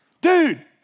Dude